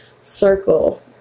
circle